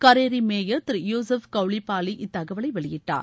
கரேரி mayor திரு யூகுஃப் கவுளிபாலி இத்தகவலை வெளியிட்டார்